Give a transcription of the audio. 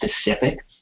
specific